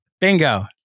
Bingo